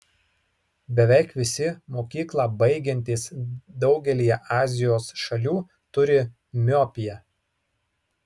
beveik visi mokyklą baigiantys daugelyje azijos šalių turi miopiją